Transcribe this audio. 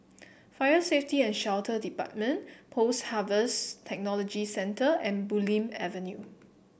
Fire Safety and Shelter Department Post Harvest Technology Centre and Bulim Avenue